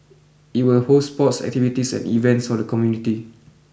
it will host sports activities and events for the community